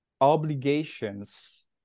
obligations